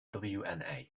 wna